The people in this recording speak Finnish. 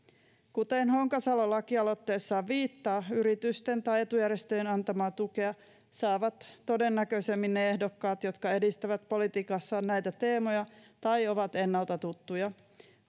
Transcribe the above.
kuten honkasalo lakialoitteessaan viittaa yritysten tai etujärjestöjen antamaa tukea saavat todennäköisemmin ne ehdokkaat jotka edistävät politiikassaan näitä teemoja tai ovat ennalta tuttuja